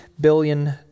billion